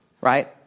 right